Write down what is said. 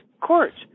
Courts